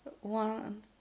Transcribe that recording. one